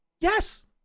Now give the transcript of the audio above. Yes